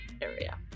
area